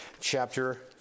chapter